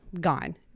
gone